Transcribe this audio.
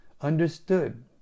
understood